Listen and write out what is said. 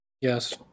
Yes